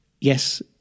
Yes